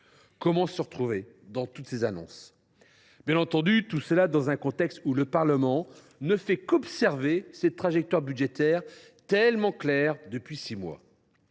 Comment s’y retrouver face à toutes ces annonces ? Bien entendu, tout cela intervient dans un contexte où le Parlement ne fait qu’observer cette trajectoire budgétaire, particulièrement claire depuis six mois.